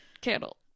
candle